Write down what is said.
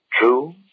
True